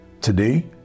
today